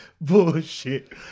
bullshit